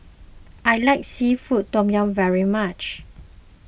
I like Seafood Tom Yum very much